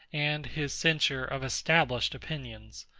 and his censure of established opinions.